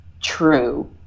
true